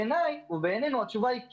בעיני ובעינינו התשובה היא כן,